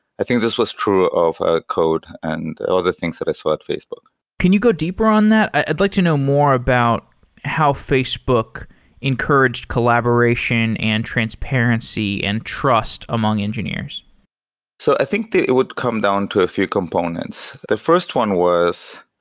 i think this was true of ah code and all the things that i saw at facebook can you go deeper on that? i'd like to know more about how facebook encouraged collaboration and transparency and trust among engineers so i think that it would come down to a few components. the first one was,